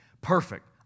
Perfect